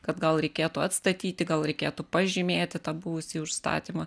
kad gal reikėtų atstatyti gal reikėtų pažymėti tą buvusį užstatymą